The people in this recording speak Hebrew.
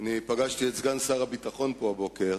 פגשתי את סגן שר הביטחון פה הבוקר